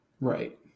Right